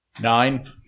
Nine